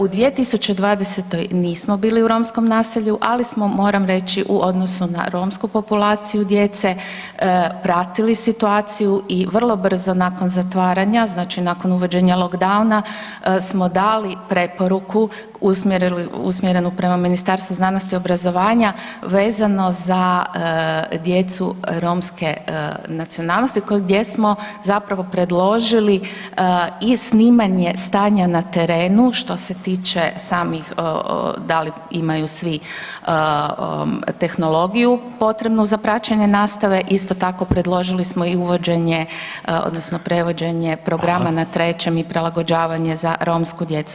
U 2020. nismo bili u romskom naselju, ali smo moram reći u odnosu na romsku populaciju djece pratili situaciju i vrlo brzo nakon zatvaranja, znači nakon uvođenja lockdowna smo dali preporuku usmjerenu prema Ministarstvu znanosti i obrazovanja vezano za djecu romske nacionalnosti gdje smo zapravo predložili i snimanje stanja na terenu što se tiče samih da li imaju svi tehnologiju potrebnu za praćenje nastave isto tako predložili smo i uvođenje odnosno prevođene programa na trećem [[Upadica: Hvala.]] i prilagođavanje za romsku djecu.